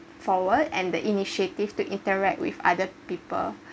forward and the initiative to interact with other people